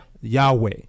Yahweh